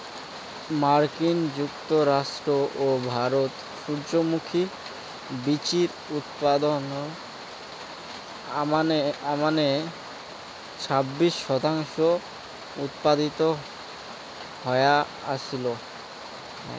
মার্কিন যুক্তরাষ্ট্র ও ভারত সূর্যমুখী বীচির উৎপাদনর আমানে ছাব্বিশ শতাংশ উৎপাদিত হয়া আছিল